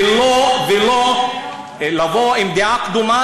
ולא לבוא עם דעה קדומה,